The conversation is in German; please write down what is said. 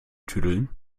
tüdeln